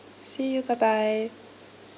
see you bye bye